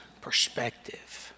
perspective